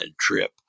trip